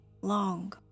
long